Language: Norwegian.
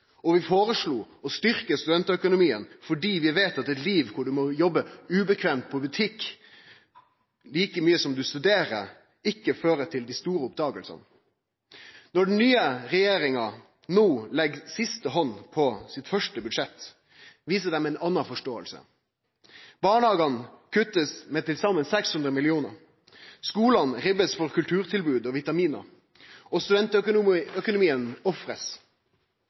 Og vi foreslo å styrkje studentøkonomien fordi vi veit at eit liv der du må jobbe ulempeleg på butikk like mykje som du studerer, ikkje fører til dei store oppdagingane. Når den nye regjeringa no legg siste handa på sitt første budsjett, viser dei ei anna forståing. Barnehagane blir kutta med til saman 600 mill. kr, skulane blir ribba for kulturtilbod og vitaminar, og